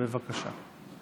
בבקשה.